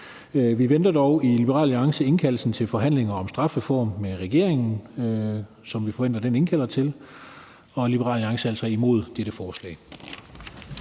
Vi venter dog i Liberal Alliance indkaldelsen til forhandlinger om en strafreform med regeringen. Det er noget, vi forventer den indkalder til. Liberal Alliance er altså imod dette forslag.